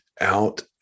out